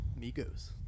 Migos